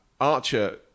Archer